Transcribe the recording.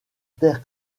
terre